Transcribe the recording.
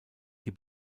die